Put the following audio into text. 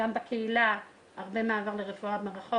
גם בקהילה היה הרבה מעבר לרפואה מרחוק